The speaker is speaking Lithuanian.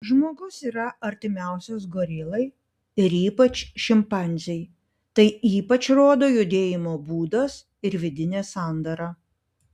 žmogus yra artimiausias gorilai ir ypač šimpanzei tai ypač rodo judėjimo būdas ir vidinė sandara